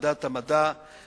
ועדת המדע והטכנולוגיה,